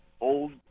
old